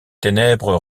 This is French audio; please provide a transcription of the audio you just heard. ténèbres